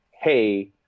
hey